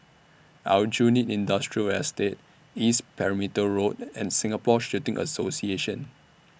Aljunied Industrial Estate East Perimeter Road and Singapore Shooting Association